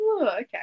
Okay